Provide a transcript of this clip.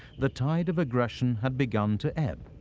the tide of aggression had begun to end.